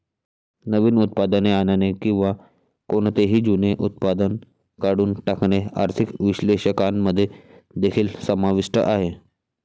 नवीन उत्पादने आणणे किंवा कोणतेही जुने उत्पादन काढून टाकणे आर्थिक विश्लेषकांमध्ये देखील समाविष्ट आहे